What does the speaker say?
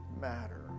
matter